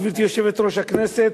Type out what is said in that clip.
גברתי יושבת-ראש הכנסת,